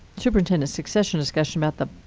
superintendent succession discussion about the